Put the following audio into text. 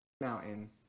Mountain